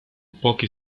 pochi